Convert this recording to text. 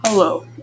Hello